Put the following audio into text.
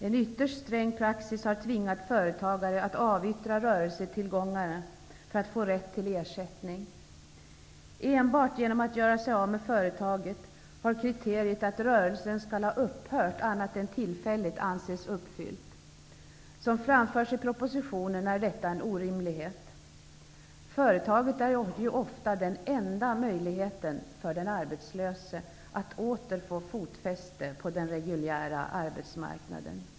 En ytterst sträng praxis har tvingat företagare att avyttra rörelsetillgångarna för att få rätt till ersättning. Enbart genom att göra sig av med företaget kan kriteriet att rörelsen skall ha upphört ''annat än tillfälligt'' anses uppfyllt. Som framförs i propositionen är detta en orimlighet. Företaget är ju ofta den enda möjligheten för den arbetslöse att åter få fotfäste på den reguljära arbetsmarknaden.